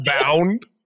Bound